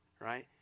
right